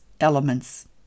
elements